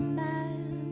man